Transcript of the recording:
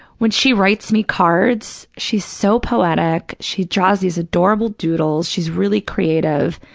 when she writes me cards, she's so poetic. she draws these adorable doodles. she's really creative.